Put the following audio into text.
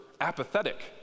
apathetic